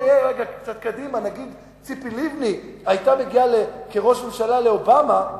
או נלך קצת קדימה ונגיד שציפי לבני היתה מגיעה כראש ממשלה לאובמה,